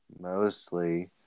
mostly